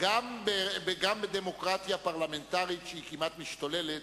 גם בדמוקרטיה פרלמנטרית, שהיא כמעט משתוללת,